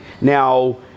Now